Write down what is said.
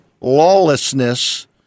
lawlessness